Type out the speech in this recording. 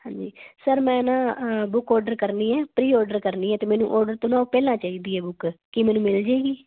ਹਾਂਜੀ ਸਰ ਮੈਂ ਨਾ ਬੁੱਕ ਆਰਡਰ ਕਰਨੀ ਹੈ ਪਰੀ ਆਰਡਰ ਕਰਨੀ ਹੈ ਅਤੇ ਮੈਨੂੰ ਆਰਡਰ ਤੋਂ ਨਾ ਪਹਿਲਾਂ ਚਾਹੀਦੀ ਹੈ ਬੁੱਕ ਕੀ ਮੈਨੂੰ ਮਿਲ ਜਾਵੇਗੀ